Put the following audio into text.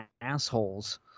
assholes